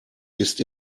ist